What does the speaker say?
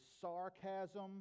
sarcasm